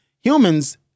humans